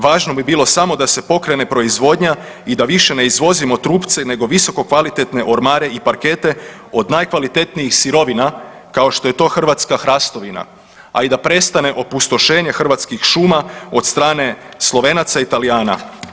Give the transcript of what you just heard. Važno bi bilo samo da se pokrene proizvodnja i da više ne izvozimo trupce nego visokokvalitetne ormare i parkete od najkvalitetnijih sirovina, kao što je to hrvatska hrastovina, a i da prestane opustošenje hrvatskih šuma od strane Slovenaca i Talijana.